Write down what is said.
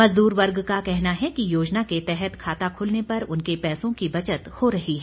मजदूर वर्ग का कहना है कि योजना के तहत खाता खुलने पर उनके पैसों की बचत हो रही है